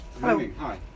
Hi